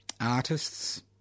artists